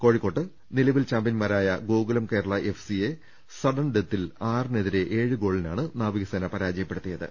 കോഴിക്കോട്ട് നിലവിൽ ചാമ്പ്യൻമാരായ ഗോകുലം കേരള എഫ് സിയെ സഡൻ ഡെത്തിൽ ആറിനെതിരെ ഏഴ് ഗോളിനാണ് നാവികസേന പരാജയപ്പെ ടുത്തിയത്